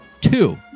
Two